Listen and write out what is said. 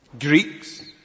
Greeks